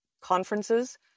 conferences